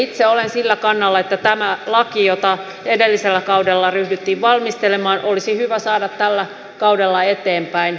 itse olen sillä kannalla että tämä laki jota edellisellä kaudella ryhdyttiin valmistelemaan olisi hyvä saada tällä kaudella eteenpäin